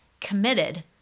committed